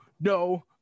No